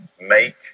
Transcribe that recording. make